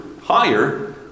higher